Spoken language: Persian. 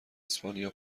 اسپانیا